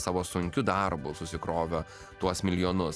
savo sunkiu darbu susikrovė tuos milijonus